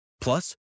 Plus